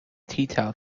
teatowel